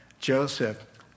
Joseph